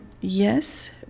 Yes